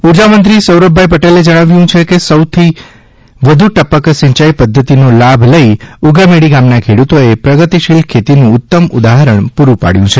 ઉર્જામંત્રી સૌરભભાઇ પટેલે જણાવ્યું છે કે સૌથી વધુ ટપક સિંચાઇ પદ્ધતિનો લાભ લઇ ઉગામેડી ગામના ખેડૂતોએ પ્રગતિશીલ ખેતીનું ઉત્તમ ઉદાહરણ પુરૂં પાડ્યું છે